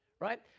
right